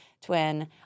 twin